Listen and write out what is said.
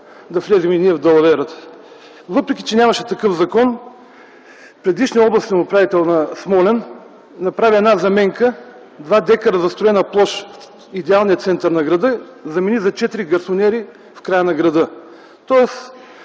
да влезем в далаверата. Въпреки че нямаше такъв закон предишният областен управител на Смолян направи една заменка – замени 2 декара застроена площ в идеалния център на града за 4 гарсониери в края на града. Тоест